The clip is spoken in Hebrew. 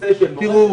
לנושא של --- מכובדיי,